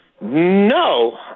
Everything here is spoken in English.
No